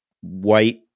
white